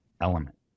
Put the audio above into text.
element